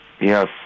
Yes